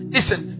Listen